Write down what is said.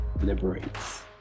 liberates